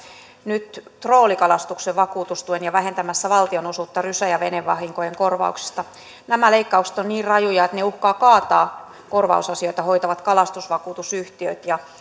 nyt troolikalastuksen vakuutustuen ja vähentämässä valtion osuutta rysä ja venevahinkojen korvauksista nämä leikkaukset ovat niin rajuja että ne uhkaavat kaataa korvausasioita hoitavat kalastusvakuutusyhtiöt ja